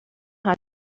how